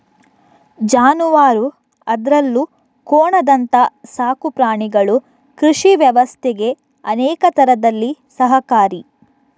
ಜಾನುವಾರು ಅದ್ರಲ್ಲೂ ಕೋಣದಂತ ಸಾಕು ಪ್ರಾಣಿಗಳು ಕೃಷಿ ವ್ಯವಸ್ಥೆಗೆ ಅನೇಕ ತರದಲ್ಲಿ ಸಹಕಾರಿ